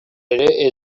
ere